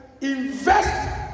invest